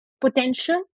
potential